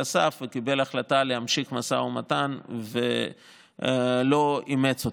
הסף וקיבל החלטה להמשיך משא ומתן ולא אימץ אותה.